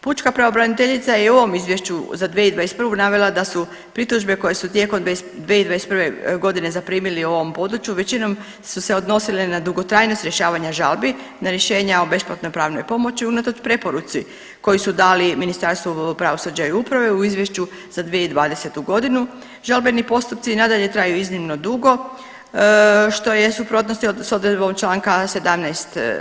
Pučka pravobraniteljica je i u ovom izvješću za 2021. navela da su pritužbe koje su tijekom 2021.g. zaprimili u ovom području većinom su se odnosile na dugotrajnost rješavanja žalbi, na rješenja u besplatnoj pravnoj pomoći unatoč preporuci koju su dali Ministarstvo pravosuđa i uprave u izvješću za 2020.g. Žalbeni postupci i nadalje traju iznimno dugo što je suprotnost s odredbom čl. 17.